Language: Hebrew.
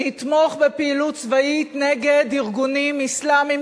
נתמוך בפעילות צבאית נגד ארגונים אסלאמיים